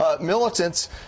militants